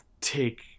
take